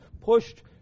pushed